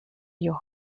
your